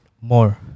more